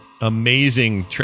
amazing